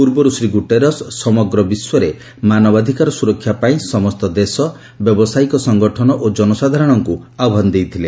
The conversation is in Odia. ପୂର୍ବରୁ ଶ୍ରୀ ଗୁଟେରସ ସମଗ୍ର ବିଶ୍ୱରେମାନବାଧିକାର ସୁରକ୍ଷାପାଇଁ ସମସ୍ତ ଦେଶ ବ୍ୟବସାୟିକ ସଂଗଠନ ଓ ଜନସାଧାରଣଙ୍କୁ ଆହ୍ୱାନ ଦେଇଥିଲେ